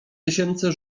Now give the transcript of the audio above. tysięcy